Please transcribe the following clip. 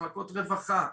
מחלקות רווחה,